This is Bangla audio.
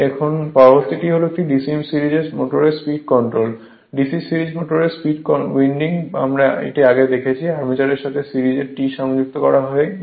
এখন পরবর্তী হল একটি DC সিরিজের মোটরের স্পীড কন্ট্রোল DC সিরিজের মোটর ফিল্ড উইন্ডিং আমরা দেখেছি এটি আর্মেচারের সাথে সিরিজে T সাথে সংযোগ স্থাপন করে